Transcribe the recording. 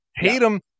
Tatum